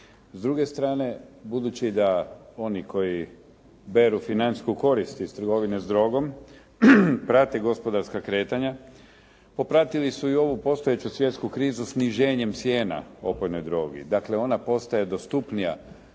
S druge strane, budući da oni koji beru financijsku korist iz trgovine s drogom, prate gospodarska kretanja, pratili su i ovu svjetsku krizu sniženjem cijena opojnoj drogi, dakle ona postaje dostupnija